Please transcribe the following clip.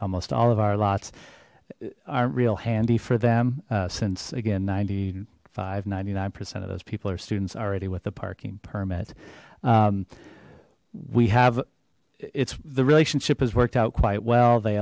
lmost all of our lots aren't real handy for them since again ninety five ninety nine percent of those people are students already with the parking permit we have it's the relationship has worked out quite well they